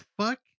fuck